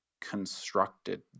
constructed